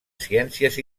ciències